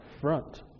front